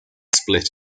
split